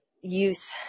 youth